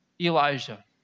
Elijah